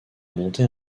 monter